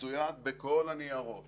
מצויד בכל הניירות